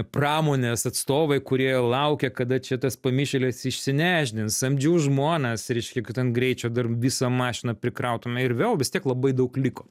pramonės atstovai kurie laukė kada čia tas pamišėlis išsinešdins samdžiau žmones reiškia kad ant greičio dar visą mašiną prikrautume ir vėl vis tiek labai daug liko